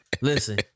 Listen